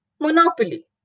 Monopoly